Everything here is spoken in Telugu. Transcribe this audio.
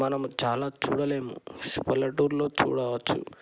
మనము చాలా చూడలేము పల్లెటూరులో చూడవచ్చు